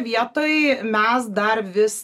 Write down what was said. vietoj mes dar vis